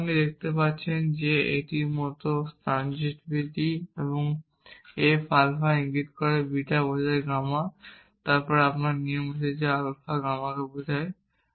সুতরাং আপনি দেখতে পাচ্ছেন এটির মত ট্রানসিভিটি এবং f আলফা ইঙ্গিত করে বিটা বোঝায় গামা তারপর আপনার নিয়ম আছে যে আলফা গামাকে বোঝায়